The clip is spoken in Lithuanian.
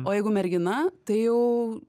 o jeigu mergina tai jau